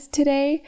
today